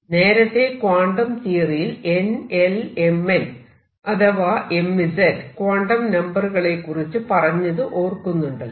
നേരത്തെ ക്വാണ്ടം തിയറിയിൽ n l mn അഥവാ mz ക്വാണ്ടം നമ്പറുകളെ കുറിച്ച് പറഞ്ഞത് ഓർക്കുന്നുണ്ടല്ലോ